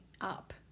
up